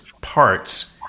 parts